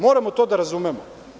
Moramo to da razumemo.